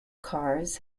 cars